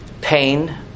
pain